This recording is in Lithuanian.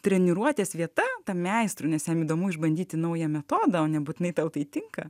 treniruotės vieta tam meistrui nes jam įdomu išbandyti naują metodą nebūtinai tau tai tinka